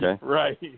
Right